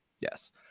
Yes